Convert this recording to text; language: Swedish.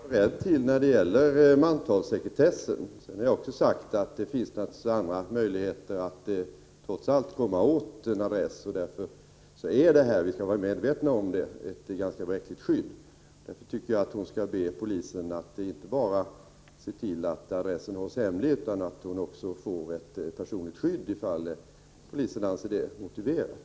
Fru talman! Jag kan bara upprepa vad jag sagt i mitt svar. När det gäller mantalssekretessen har jag sagt att det också finns andra möjligheter att komma åt adresser. Därför måste vi vara medvetna om att mantalssekretessen ger ett ganska bräckligt skydd. Personen i fråga bör be polisen att inte bara se till att adressen hålls hemlig utan också ge henne personligt skydd ifall polisen anser det motiverat.